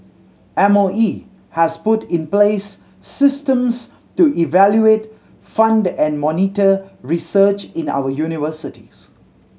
M O E has put in place systems to evaluate fund and monitor research in our universities